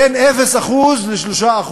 בין 0% ל-3%,